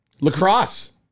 lacrosse